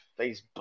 Facebook